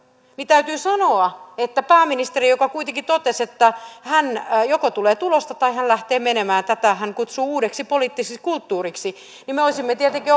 niin täytyy sanoa että kun pääministeri kuitenkin totesi että joko tulee tulosta tai hän lähtee menemään tätä hän kutsui uudeksi poliittiseksi kulttuuriksi niin me olisimme tietenkin